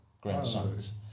grandsons